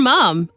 Mom